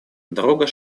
дорога